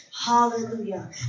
Hallelujah